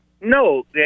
No